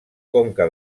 conca